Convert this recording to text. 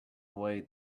away